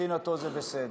מבחינתו זה בסדר.